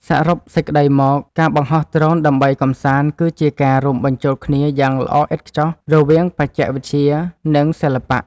សរុបសេចក្ដីមក ការបង្ហោះដ្រូនដើម្បីកម្សាន្តគឺជាការរួមបញ្ចូលគ្នាយ៉ាងល្អឥតខ្ចោះរវាង បច្ចេកវិទ្យា និងសិល្បៈ។